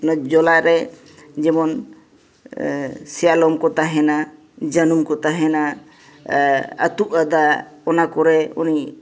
ᱚᱱᱟ ᱡᱚᱞᱟᱨᱮ ᱡᱮᱢᱚᱱ ᱥᱮᱭᱟᱞᱚᱢ ᱠᱚ ᱛᱟᱦᱮᱱᱟ ᱡᱟᱹᱱᱩᱢ ᱠᱚ ᱛᱟᱦᱮᱱᱟ ᱟᱹᱛᱩᱜᱼᱟ ᱫᱟᱜ ᱚᱱᱟ ᱠᱚᱨᱮ ᱩᱱᱤ